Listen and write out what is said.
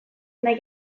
nahi